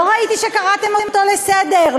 לא ראיתי שקראתם אותו לסדר,